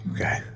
Okay